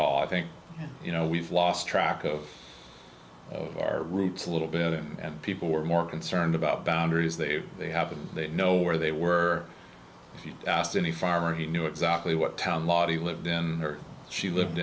all i think you know we've lost track of our roots a little bit and people were more concerned about boundaries they they have and they know where they were if you asked any farmer he knew exactly what town law he lived in or she lived